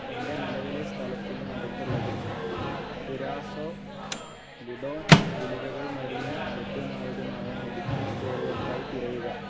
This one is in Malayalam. എൻ്റെ നിലവിലെ സ്ഥലത്തിന് അടുത്തുള്ളതും ഫുരാസോ ലിഡോൺ ഗുളികകൾ മരുന്ന് ലഭ്യമായതുമായ മെഡിക്കൽ സ്റ്റോറുകൾക്കായി തിരയുക